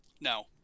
No